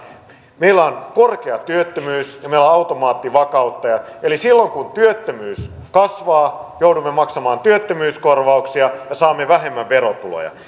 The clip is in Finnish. meillä on korkea työttömyys ja meillä on automaattivakauttajat eli silloin kun työttömyys kasvaa joudumme maksamaan työttömyyskorvauksia ja saamme vähemmän verotuloja